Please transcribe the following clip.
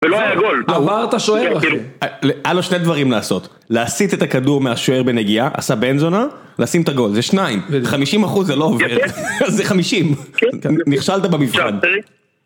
ולא היה גול, עבר את השוער. היה לו שני דברים לעשות. להסיט את הכדור מהשוער בנגיעה, עשה בנזונה, ולשים את הגול. זה שניים. 50% זה לא עובר. אז זה 50. נכשלת במבחן.